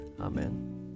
Amen